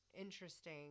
interesting